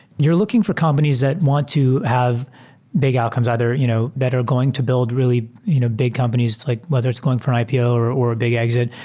you're looking for companies that want to have big outcomes, either you know that are going to build really you know big companies, like whether it's going for an ipo, or a big exit.